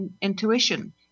intuition